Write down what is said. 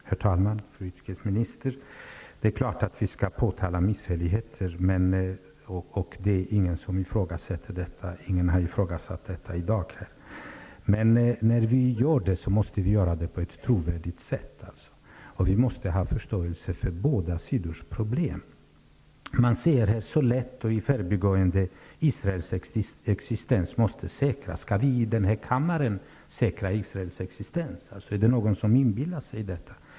Herr talman! Fru utrikesminister! Det är klart att vi skall påtala misshälligheter, och ingen har i dag ifrågasatt det. Men när vi gör det måste vi göra det på ett trovärdigt sätt. Vi måste ha förståelse för båda sidors problem. Man säger här så lätt och i förbigående att Israels existens måste säkras. Kan vi i denna kammare säkra Israels existens? Är det någon som inbillar sig detta?